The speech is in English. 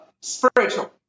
spiritual